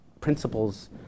principles